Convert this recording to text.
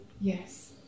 Yes